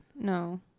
No